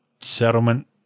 settlement